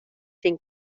sin